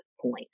point